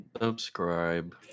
Subscribe